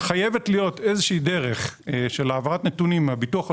חייבת להיות איזו דרך של העברת נתונים מהביטוח הלאומי.